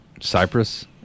Cyprus